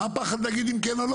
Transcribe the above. למה הפחד להגיד האם כן או האם לא?